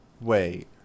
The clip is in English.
wait